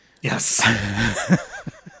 Yes